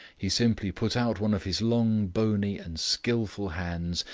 he simply put out one of his long, bony, and skilful hands,